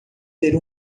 ter